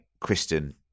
kristen